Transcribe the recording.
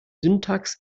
syntax